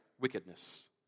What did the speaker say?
wickedness